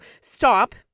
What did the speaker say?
stop